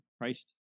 Christ